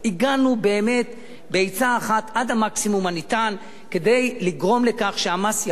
הגענו באמת בעצה אחת עד המקסימום הניתן כדי לגרום לכך שהמס יחול